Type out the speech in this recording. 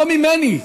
לא ממני,